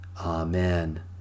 Amen